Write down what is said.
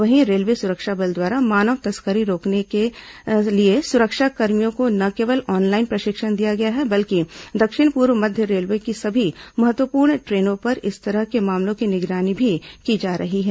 वहीं रेलवे सुरक्षा बल द्वारा मानव तस्करी रोकने के लिए सुरक्षा कर्मियों को न केवल ऑनलाइन प्रशिक्षण दिया गया है बल्कि दक्षिण पूर्व मध्य रेलवे की सभी महत्वपूर्ण ट्रेनों पर इस तरह के मामलों की निगरानी भी की जा रही है